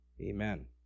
Amen